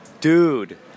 Dude